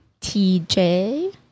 TJ